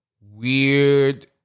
Weird